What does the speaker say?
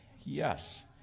Yes